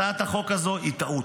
הצעת החוק הזו היא טעות.